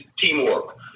teamwork